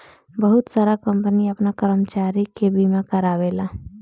बहुत सारा कंपनी आपन कर्मचारी के बीमा कारावेला